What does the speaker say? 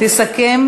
תסכם